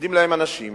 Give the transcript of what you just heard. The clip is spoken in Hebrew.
עומדים להם אנשים